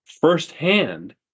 firsthand